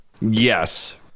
yes